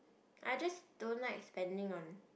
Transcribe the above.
I just don't like spending on